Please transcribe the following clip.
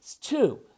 two